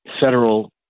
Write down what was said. federal